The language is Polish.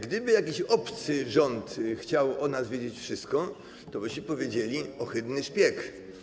Gdyby jakiś obcy rząd chciał o nas wiedzieć wszystko, tobyśmy powiedzieli: ohydny szpieg.